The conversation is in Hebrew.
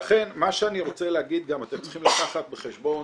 לכן מה שאני רוצה להגיד גם שאתם צריכים לקחת בחשבון